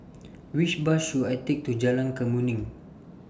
Which Bus should I Take to Jalan Kemuning